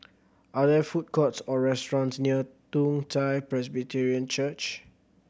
are there food courts or restaurants near Toong Chai Presbyterian Church